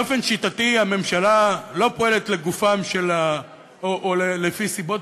באופן שיטתי הממשלה לא פוסלת לפי סיבות